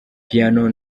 piano